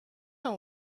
know